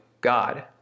God